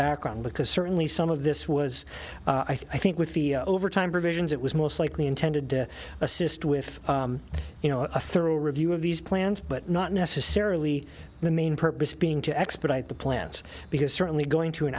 background because certainly some of this was i think with the overtime provisions it was most likely intended to assist with you know a thorough review of these plans but not necessarily the main purpose being to expedite the plants because certainly going to an